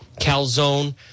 calzone